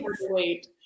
Wait